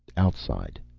outside.